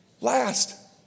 last